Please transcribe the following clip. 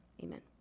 amen